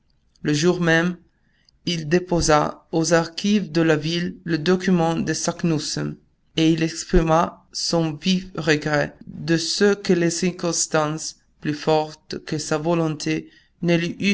le jour même il déposa aux archives de la ville le document de saknussemm et il exprima son vif regret de ce que les circonstances plus fortes que sa volonté